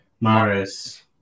Maris